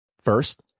First